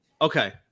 Okay